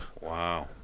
Wow